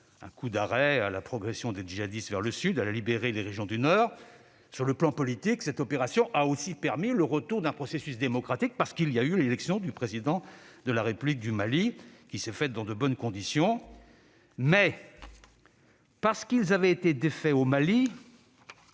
un coup d'arrêt à la progression des djihadistes vers le Sud et a permis de libérer les régions du Nord. Sur le plan politique, cette opération a aussi permis le retour d'un processus démocratique avec l'élection du Président de la République du Mali, laquelle s'est déroulée dans de bonnes conditions. Mais, parce qu'ils avaient été défaits au Mali,